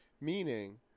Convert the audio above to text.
Meaning